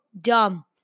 dumb